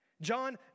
John